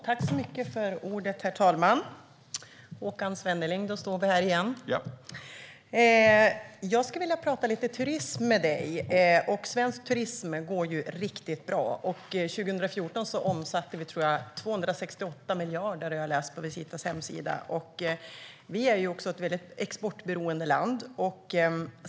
Herr talman! Ja, nu står vi här igen, Håkan Svenneling! Jag skulle vilja prata lite turism med dig. Svensk turism går ju riktigt bra. År 2014 omsatte vi 268 miljarder, har jag läst på Visitas hemsida. Vi är också ett mycket exportberoende land.